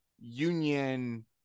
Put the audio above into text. Union